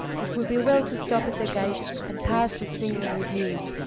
it will be well to stop at the gate and pass the scene in review.